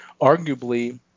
arguably